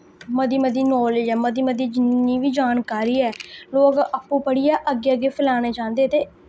मती मती नालेज ऐ मती मती जिन्नी वी जानकारी ऐ लोक अप्पू पढ़ियै अग्गे अग्गे फलाना चाह्न्दे ते